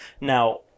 Now